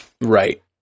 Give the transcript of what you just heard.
Right